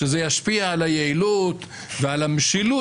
וזה ישפיע על היעילות ועל המשילות,